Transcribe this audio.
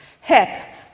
Heck